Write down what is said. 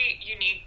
unique